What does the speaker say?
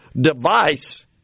device